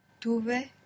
Tuve